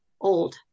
old